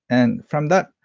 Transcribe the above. and from that,